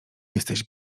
jesteś